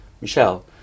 Michelle